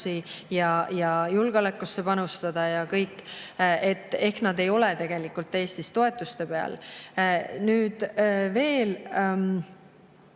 ja julgeolekusse panustada. Ehk nad ei ole tegelikult Eestis toetuste peal. Nüüd veel